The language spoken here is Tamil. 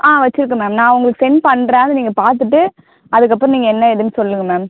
ஆ வெச்சிருக்கேன் மேம் நான் உங்களுக்கு சென்ட் பண்ணுறேன் அதை நீங்கள் பார்த்துட்டு அதுக்கப்புறம் நீங்கள் என்ன ஏதுன்னு சொல்லுங்கள் மேம்